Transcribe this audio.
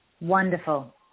Wonderful